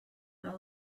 the